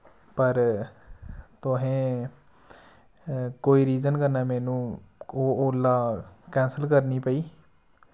पर तुसें कोई रीजन कन्नै मैनु ओ ओला कैंसल करने पेई